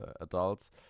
adults